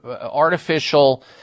artificial